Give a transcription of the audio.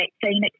vaccine